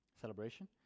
celebration